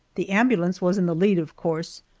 the ambulance was in the lead, of course,